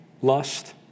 lust